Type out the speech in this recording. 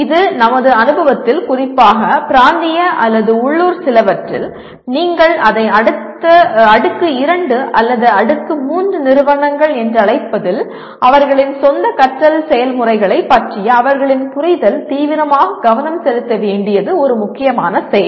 இது நமது அனுபவத்தில் குறிப்பாக பிராந்திய அல்லது உள்ளூர் சிலவற்றில் நீங்கள் அதை அடுக்கு 2 அல்லது அடுக்கு 3 நிறுவனங்கள் என்று அழைப்பதில் அவர்களின் சொந்த கற்றல் செயல்முறைகளைப் பற்றிய அவர்களின் புரிதல் தீவிரமாக கவனம் செலுத்த வேண்டியது ஒரு முக்கியமான செயல்